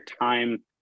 time